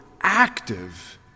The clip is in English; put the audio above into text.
active